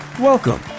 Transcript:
welcome